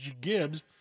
Gibbs